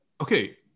Okay